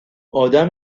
آدم